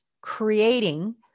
creating